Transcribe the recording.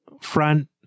front